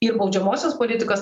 ir baudžiamosios politikos